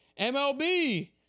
MLB